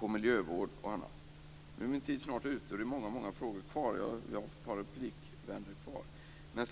miljövård och annat. Nu är min tid snart ute och det är många frågor kvar, men jag har ett par replikvändor kvar.